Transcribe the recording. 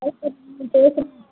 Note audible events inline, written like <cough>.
hostel <unintelligible>